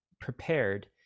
prepared